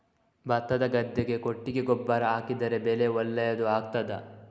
ಭತ್ತದ ಗದ್ದೆಗೆ ಕೊಟ್ಟಿಗೆ ಗೊಬ್ಬರ ಹಾಕಿದರೆ ಬೆಳೆ ಒಳ್ಳೆಯದು ಆಗುತ್ತದಾ?